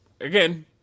again